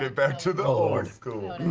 ah back to the old school.